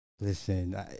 listen